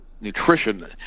nutrition